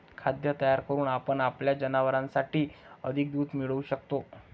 खाद्य तयार करून आपण आपल्या जनावरांसाठी अधिक दूध मिळवू शकतो